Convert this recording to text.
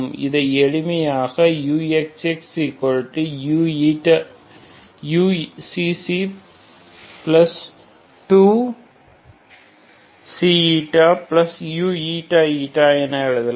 இதை எளிமையாக uxxuξξ2uξηuηη என எழுதலாம்